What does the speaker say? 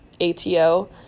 ATO